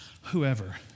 whoever